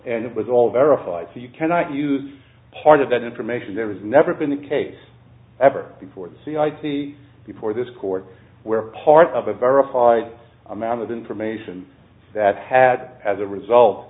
and it was all verified so you cannot use part of that information there has never been a case ever before c i t before this court where part of a verified amount of information that had as a result